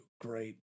great